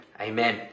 Amen